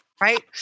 Right